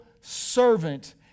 servant